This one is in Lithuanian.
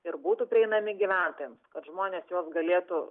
ir būtų prieinami gyventojams kad žmonės juos galėtų